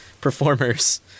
performers